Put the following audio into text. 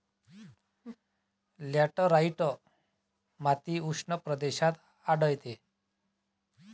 laterite माती उष्ण प्रदेशात आढळते